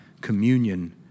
communion